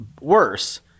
worse